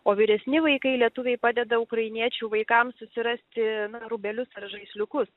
o vyresni vaikai lietuviai padeda ukrainiečių vaikams susirasti rūbelius ar žaisliukus